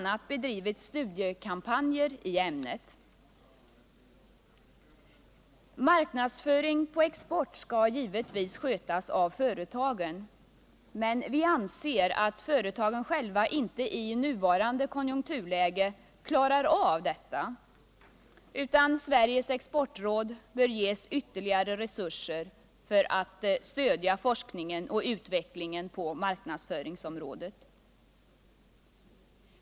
u. bedrivits studiekampanjer i ämnet. Marknadsföring på export skall givetvis skötas av företagen, men vi anser att företagen i nuvarande konjunkturläge inte klarar av detta själva, utan Sveriges exportråd bör ges ytterligare resurser för att stödja forskning och utveckling på mark nadsföringsområdet.